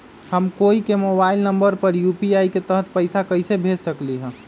हम कोई के मोबाइल नंबर पर यू.पी.आई के तहत पईसा कईसे भेज सकली ह?